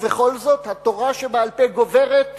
ובכל זאת התורה שבעל-פה גוברת,